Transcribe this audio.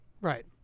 Right